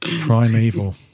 Primeval